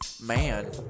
Man